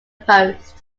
post